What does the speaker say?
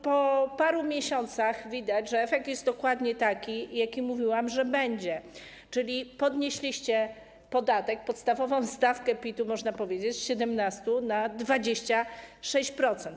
Po paru miesiącach widać, że efekt jest dokładnie taki, o jakim mówiłam, że będzie, czyli podnieśliście podatek, podstawową stawkę PIT-u, można powiedzieć, z 17% na 26%.